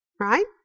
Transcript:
right